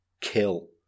Kill